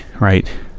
right